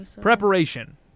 Preparation